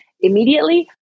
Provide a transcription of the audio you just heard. immediately